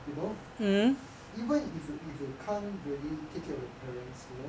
you know even if you if you can't really take care of your parents you know